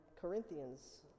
Corinthians